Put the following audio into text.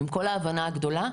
עם כל ההבנה הגדולה,